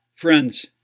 Friends